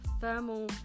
thermal